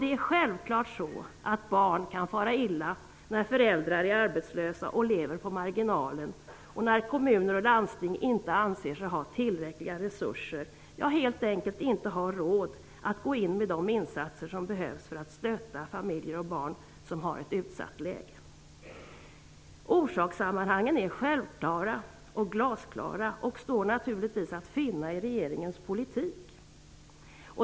Det är självklart så att barn kan fara illa när föräldrar är arbetslösa och lever på marginalen, och när kommuner och landsting inte anser sig ha tillräckliga resurser, helt enkelt inte har råd att gå in med de insatser som behövs för att stötta barn och familjer som har ett utsatt läge. Orsakssammanhangen är självklara och glasklara, och de står naturligtvis att finna i regeringens politik.